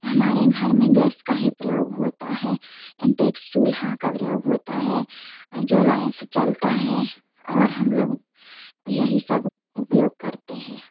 हमारे घर में गैस का ही प्रयोग होता है इंटैक्स चूल्हा का प्रयोग होता है जो लाइन से चलता है और हम लोग यही सब उपयोग करते हैं